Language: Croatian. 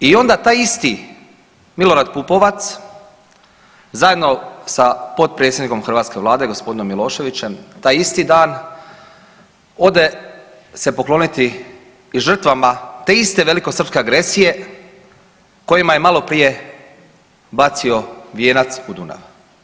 I onda taj isti Milorad Pupovac, zajedno sa potpredsjednikom hrvatske Vlade, gospodinom Miloševićem, taj isti dan ode se pokloniti i žrtvama te iste velikosrpske agresije kojima je maloprije bacio vijenac u Dunav.